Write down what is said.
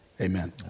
Amen